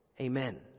Amen